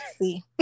see